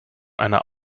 einer